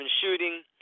shooting